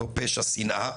אותו פשע שנאה.